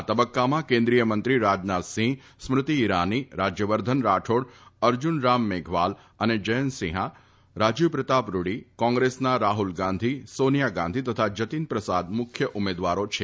આ તબક્કામાં કેન્દ્રીય મંત્રી રાજનાથસિંહ સ્મૃતિ ઈરાની રાજ્યવર્ધન રાઠોડ અર્જુન રામ મેઘવાલ અને જયંત સિંહા રાજીવ પ્રતાપ રૂડી કોંગ્રેસના રાફુલ ગાંધી સોનીયા ગાંધી તથા જતીન પ્રસાદ મુખ્ય ઉમેદવારો છે